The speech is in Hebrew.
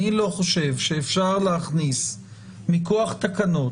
אני לא חושב שאפשר להכניס מכוח תקנות,